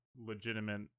legitimate